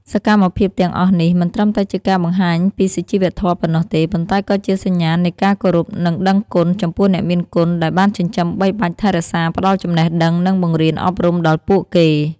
សកម្មភាពទាំងអស់នេះមិនត្រឹមតែជាការបង្ហាញពីសុជីវធម៌ប៉ុណ្ណោះទេ ប៉ុន្តែក៏ជាសញ្ញាណនៃការ គោរព និងដឹងគុណ ចំពោះអ្នកមានគុណ ដែលបានចិញ្ចឹមបីបាច់ថែរក្សា ផ្ដល់ចំណេះដឹង និងបង្រៀនអប់រំដល់ពួកគេ។